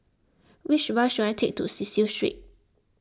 which bus should I take to Cecil Street